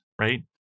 right